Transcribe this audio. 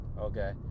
Okay